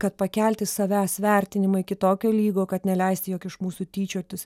kad pakelti savęs vertinimą iki tokio lygio kad neleist jog iš mūsų tyčiotųs